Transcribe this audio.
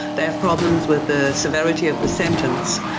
they have problems with the severity of the sentence.